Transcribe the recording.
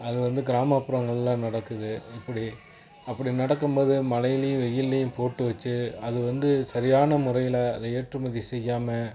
அது வந்து கிராம புறங்களில் நடக்குது இப்படி அப்படி நடக்கும் போது மழையிலேயும் வெயில்லேயும் போட்டு வச்சு அதை வந்து சரியான முறையில் அதை ஏற்றுமதி செய்யாமல்